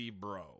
bro